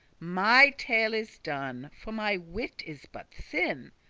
my tale is done, for my wit is but thin.